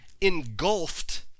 engulfed